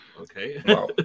okay